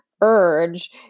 urge